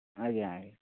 ଆଜ୍ଞା ଆଜ୍ଞା